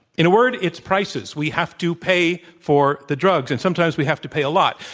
in a word, it's prices. we have to pay for the drugs and sometimes we have to pay a lot.